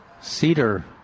cedar